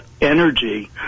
energy